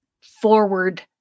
forward